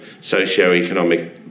socio-economic